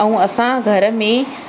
ऐं असां घर में